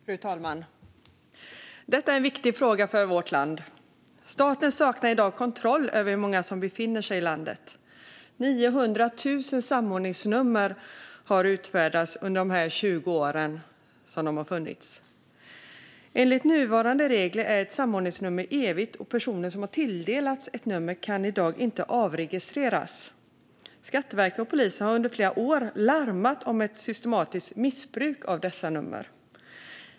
Fru talman! Detta är en viktig fråga för vårt land. Staten saknar i dag kontroll över hur många som befinner sig i landet. 900 000 samordningsnummer har utfärdats under de 20 år som de har funnits. Enligt nuvarande regler är ett samordningsnummer evigt, och personer som har tilldelats ett nummer kan i dag inte avregistreras. Skatteverket och polisen har under flera år larmat om ett systematiskt missbruk av dessa nummer.